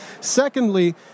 Secondly